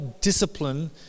discipline